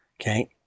okay